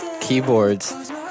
keyboards